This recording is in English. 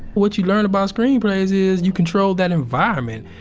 what you learn about screenplays is you control that environment.